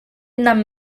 nam